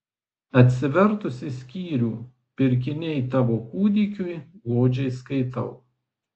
atsivertusi skyrių pirkiniai tavo kūdikiui godžiai skaitau